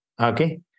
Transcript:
Okay